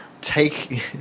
take